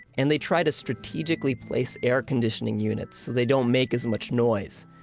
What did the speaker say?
and they try to strategically place air conditioning units so they don't make as much noise.